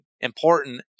important